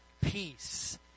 Peace